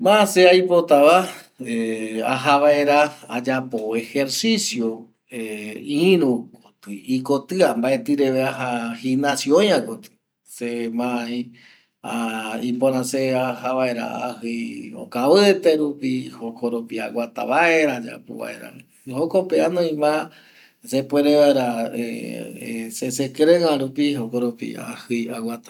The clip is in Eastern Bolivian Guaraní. Ma se aipotava aja vaera ayapo ejercicio ïru kotɨ ikotɨa mbaetɨ reve gimnasio oiakotɨ se ma ipöra se aja vaera ajɨi okavɨte rupi, jokoropi aguata vaera ayapo vaera jokope anoiva sepuere vaera se sekɨreɨa rupi jokoropi ajɨi aguata